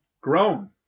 grown